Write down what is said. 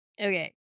Okay